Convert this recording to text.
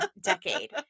decade